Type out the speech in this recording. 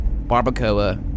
Barbacoa